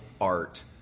art